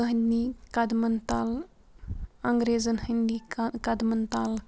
تہٕنٛدنی قدمَن تَل انٛگریزَن ہٕنٛدنی قدمَن تَل